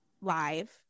live